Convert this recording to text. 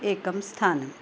एकं स्थानम्